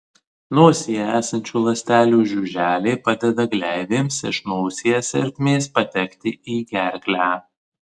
nosyje esančių ląstelių žiuželiai padeda gleivėms iš nosies ertmės patekti į gerklę